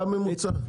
אפשר ממוצע.